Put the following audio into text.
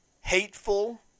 hateful